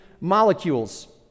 molecules